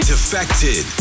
Defected